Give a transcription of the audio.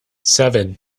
seven